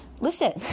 listen